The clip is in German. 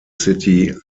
city